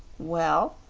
well,